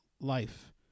life